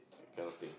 that kind of thing